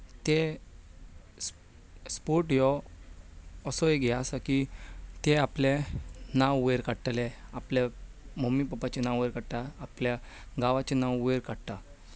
ते स्पोट ह्यो असो एक हें आसा की ते आपलें नांव वयर काडटले आपल्या मम्मी पप्पाचें नांव वयर काडटा आपल्या गांवांचें नांव वयर काडटा